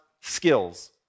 skills